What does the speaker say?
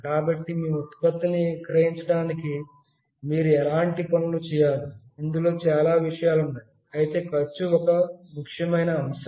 కాబట్టి మీ ఉత్పత్తిని విక్రయించడానికి మీరు ఎలాంటి పనులు చేయాలి ఇందులో చాలా విషయాలు ఉన్నాయి అయితే ఖర్చు ఒక ముఖ్యమైన అంశం